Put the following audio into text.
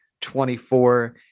24